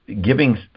giving